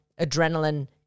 adrenaline